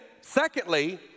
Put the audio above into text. secondly